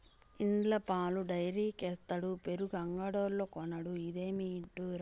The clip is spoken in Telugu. ఇండ్ల పాలు డైరీకేసుడు పెరుగు అంగడ్లో కొనుడు, ఇదేమి ఇడ్డూరం